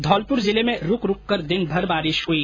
धौलपुर जिले में रूक रूक कर दिनभर बारिश हुई